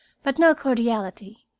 but no cordiality,